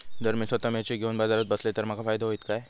जर मी स्वतः मिर्ची घेवून बाजारात बसलय तर माका फायदो होयत काय?